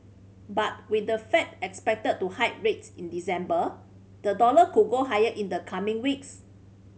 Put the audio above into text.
but with the Fed expected to hike rates in December the dollar could go higher in the coming weeks